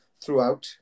throughout